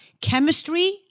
chemistry